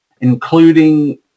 including